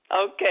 Okay